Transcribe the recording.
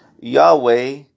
Yahweh